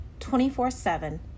24-7